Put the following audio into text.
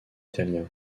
italien